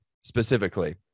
specifically